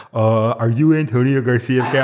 are you antonio garcia yeah